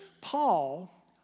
Paul